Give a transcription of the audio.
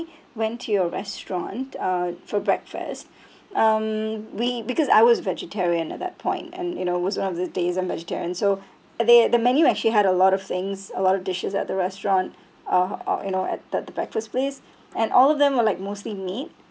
went to your restaurant uh for breakfast um we because I was vegetarian at that point and you know was one of these days vegetarian so they the menu actually had a lot of things a lot of dishes at the restaurant uh uh you know at the breakfast place and all of them were like mostly meat